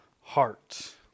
heart